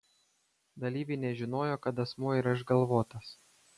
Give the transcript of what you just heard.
dalyviai nežinojo kad asmuo yra išgalvotas